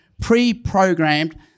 pre-programmed